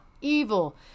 evil